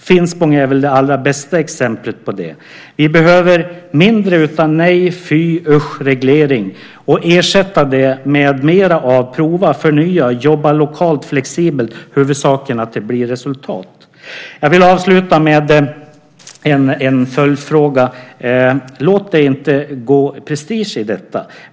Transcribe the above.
Finspång är väl det allra bästa exemplet på det. Vi behöver mindre av nej, fy, usch, reglering och ersätta det med mer av att prova, förnya, jobba lokalt och flexibelt. Huvudsaken är att det blir resultat. Jag vill avsluta med en följdfråga. Låt det inte gå prestige i detta.